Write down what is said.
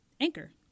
Anchor